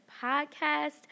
podcast